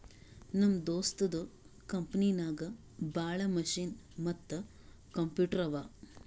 ನಮ್ ದೋಸ್ತದು ಕಂಪನಿನಾಗ್ ಭಾಳ ಮಷಿನ್ ಮತ್ತ ಕಂಪ್ಯೂಟರ್ ಅವಾ